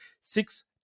six